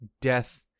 death